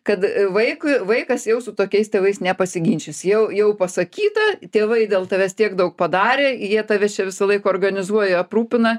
kad vaikui vaikas jau su tokiais tėvais nepasiginčys jau jau pasakyta tėvai dėl tavęs tiek daug padarė jie tave čia visąlaik organizuoja aprūpina